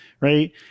Right